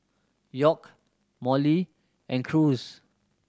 York Molly and Cruz